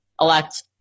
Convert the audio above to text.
elect